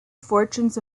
fortunes